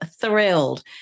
thrilled